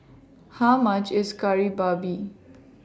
How much IS Kari Babi